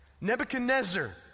Nebuchadnezzar